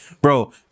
bro